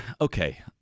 okay